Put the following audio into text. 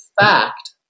fact